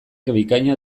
bikaina